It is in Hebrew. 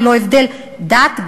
ללא הבדל דת,